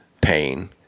pain